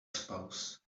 spouse